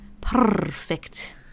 perfect